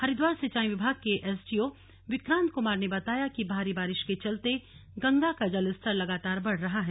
हरिद्वार सिंचाई विभाग के एसडीओ विक्रांत कुमार ने बताया कि भारी बारिश के चलते गंगा का जल स्तर लगातार बढ़ रहा है